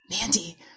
Mandy